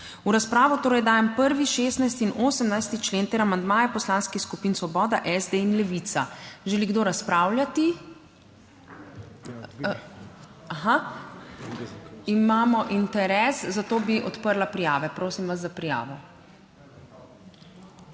V razpravo torej dajem 1. 16 in 18. člen ter amandmaje poslanskih skupin Svoboda, SD in Levica. Želi kdo razpravljati? Imamo interes, zato bi odprla prijave. Prosim vas za prijavo.